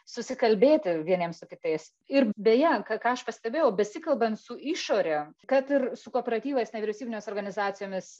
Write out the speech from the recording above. susikalbėti vieniems su kitais ir beje ką ką aš pastebėjau besikalbant su išore kad ir su kooperatyvais nevyriausybinės organizacijomis